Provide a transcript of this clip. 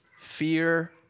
fear